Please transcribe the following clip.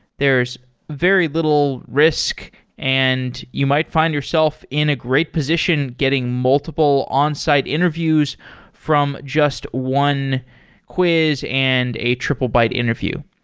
there's very little risk and you might find yourself in a great position getting multiple onsite interviews from just one quiz and a triplebyte interview.